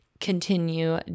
continue